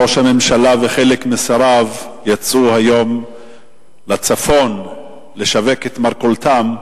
ראש הממשלה וחלק משריו יצאו היום לצפון לשווק את מרכולתם,